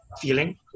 Feeling